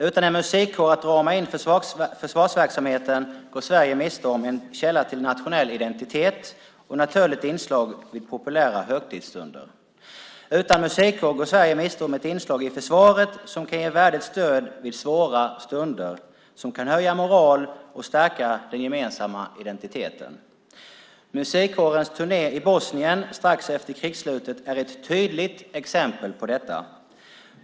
Utan en musikkår att rama in försvarsverksamheten med går Sverige miste om en källa till nationell identitet och ett naturligt inslag vid populära högtidsstunder. Utan musikkår går Sverige miste om ett inslag i försvaret som kan ge värdigt stöd vid svåra stunder, som kan höja moral och stärka den gemensamma identiteten. Musikkårens turné i Bosnien strax efter krigsslutet är ett tydligt exempel på detta.